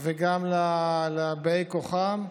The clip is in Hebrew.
וגם לבאי כוחם,